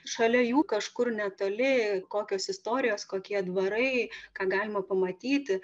šalia jų kažkur netoli kokios istorijos kokie dvarai ką galima pamatyti